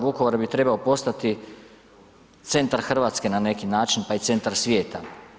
Vukovar bi trebao postati centar Hrvatske na neki način, pa i centar svijeta.